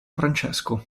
francesco